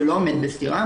זה לא עומד בסתירה,